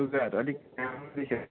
लुगाहरू अलिक राम्रो छ